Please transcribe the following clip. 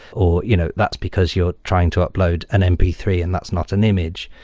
or you know that's because you're trying to upload an m p three and that's not an image.